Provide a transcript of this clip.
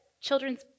children's